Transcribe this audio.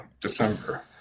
December